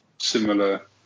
similar